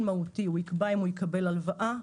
מהותי: הוא יקבע אם הוא יקבל הלוואה,